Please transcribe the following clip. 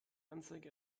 anzeige